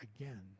again